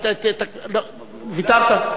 ויתרת.